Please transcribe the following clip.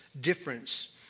difference